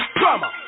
drama